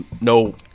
no